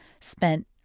spent